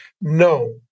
No